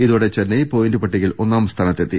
ഇതോടെ ചെന്നൈ പോയിന്റ് പട്ടികയിൽ ഒന്നാം സ്ഥാനത്തെത്തി